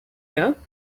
year